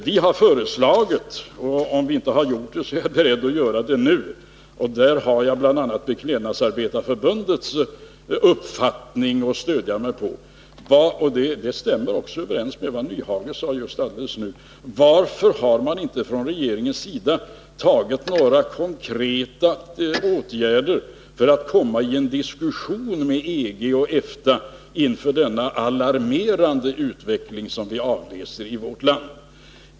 Vi har ett förslag — om vi inte har framfört det tidigare, så är jag beredd att göra det nu. På den punkten har jag bl.a. Beklädnadsarbetareförbundets uppfattning att stödja mig på. Förslaget stämmer också överens med vad Hans Nyhage sade alldeles nyss. Varför har man från regeringens sida inte vidtagit några konkreta åtgärder för att få till stånd en diskussion med EG och EFTA, inför den alarmerande utveckling som vi avläser i vårt land?